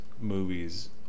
movies